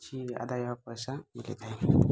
କିଛି ଆଦାୟ ପଇସା ମୁଁ ଦେଇଥାଏ